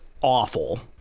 awful